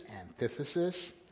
antithesis